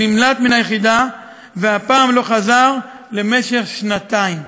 נמלט מן היחידה והפעם לא חזר למשך שנתיים.